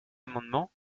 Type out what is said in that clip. amendements